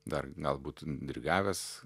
dar gal būtų dirigavęs